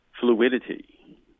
fluidity